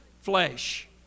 flesh